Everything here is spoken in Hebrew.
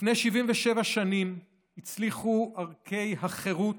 לפני 77 שנים הצליחו ערכי החירות,